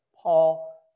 Paul